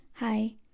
Hi